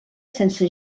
sense